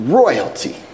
royalty